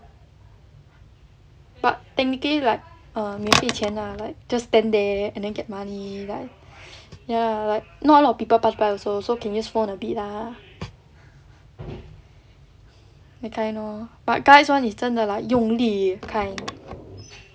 but technically like err maybe lah like just stand there and then get money lah ya like not a lot of people pass by also so can use phone a bit ah that kind lor but guys [one] is 真的 like 用力 kind